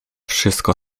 wszystko